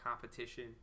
competition